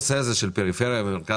אני חושב שכל הנושא הזה של פריפריה ומרכז,